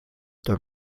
door